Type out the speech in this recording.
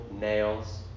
nails